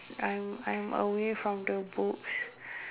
I'm I'm away from the book